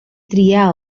triar